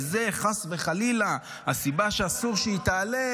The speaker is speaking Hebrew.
וזו חס וחלילה הסיבה שאסור שהיא תעלה,